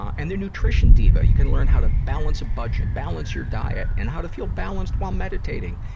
and the nutrition diva. you can learn how to balance a budget, balance your diet, and how to feel balanced while meditating,